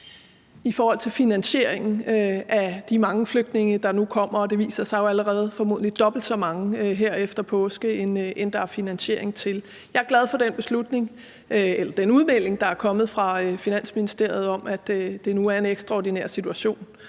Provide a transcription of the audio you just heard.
spørge om finansieringen af de mange flygtninge, der nu kommer – og formodentlig dobbelt så mange, viser det sig jo allerede nu, her efter påske, end der er finansiering til. Jeg er glad for den udmelding, der er kommet fra Finansministeriet om, at det nu er en ekstraordinær situation.